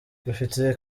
rufite